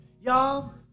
Y'all